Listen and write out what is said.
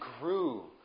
grew